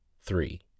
three